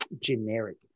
generic